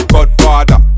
Godfather